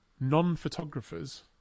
non-photographers